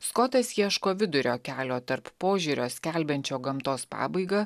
skotas ieško vidurio kelio tarp požiūrio skelbiančio gamtos pabaigą